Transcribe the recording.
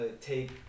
take